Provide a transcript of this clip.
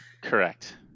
correct